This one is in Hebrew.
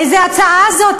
איזו הצעה זו?